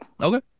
okay